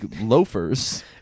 loafers